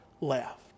left